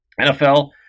NFL